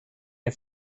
get